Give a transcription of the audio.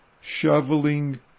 shoveling